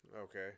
okay